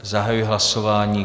Zahajuji hlasování.